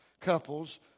couples